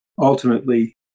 ultimately